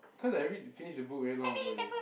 cause I read finish the book very long ago already